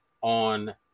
on